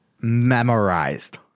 memorized